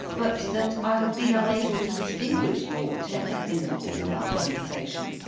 but that i have been unable to distinguish your tenor in the course of our conversation.